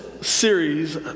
series